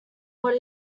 what